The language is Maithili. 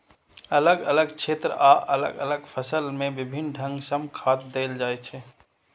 अलग अलग क्षेत्र आ अलग अलग फसल मे विभिन्न ढंग सं खाद देल जाइ छै